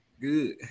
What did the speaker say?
Good